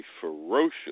ferocious